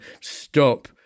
stop